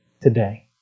today